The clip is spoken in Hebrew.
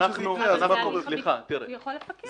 יכול לפקח.